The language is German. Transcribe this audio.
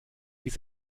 bis